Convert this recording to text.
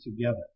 together